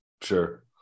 sure